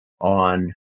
on